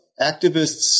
activists